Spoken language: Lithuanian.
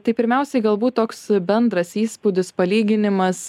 tai pirmiausiai galbūt toks bendras įspūdis palyginimas